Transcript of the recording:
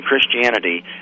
Christianity